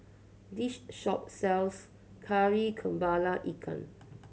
this shop sells Kari Kepala Ikan